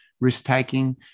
risk-taking